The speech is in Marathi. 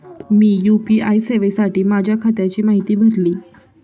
मी यू.पी.आय सेवेसाठी माझ्या खात्याची माहिती भरली